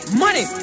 money